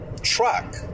truck